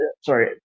sorry